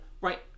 Right